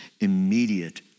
immediate